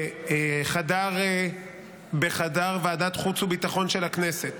בחדר ועדת החוץ והביטחון של הכנסת